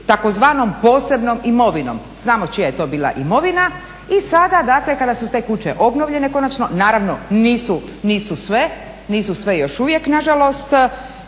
tzv. posebnom imovinom. Znamo čija je to bila imovina i sada kada su te kuće konačno obnovljene naravno nisu sve još uvijek nažalost,